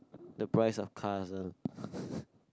the price of cars ah